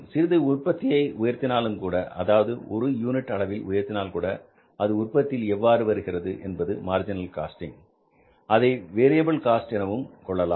சிறிதளவு உற்பத்தியை உயர்த்தினாலும் கூட அதாவது ஒரு யூனிட் அளவில் உயர்த்தினால் கூட அது உற்பத்தியின் எவ்வாறு வருகிறது என்பது மார்ஜினல் காஸ்ட் அதை வேரியபில் காஸ்ட் எனவும் கொள்ளலாம்